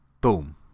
boom